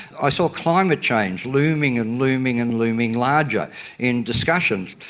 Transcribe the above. i saw climate change looming and looming and looming larger in discussions.